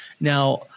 Now